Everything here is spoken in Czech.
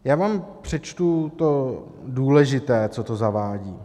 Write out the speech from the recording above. Já vám přečtu to důležité, co to zavádí.